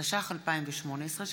התשע"ח 2018,